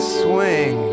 swing